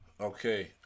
Okay